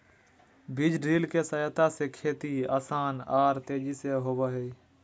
बीज ड्रिल के सहायता से खेती आसान आर तेजी से होबई हई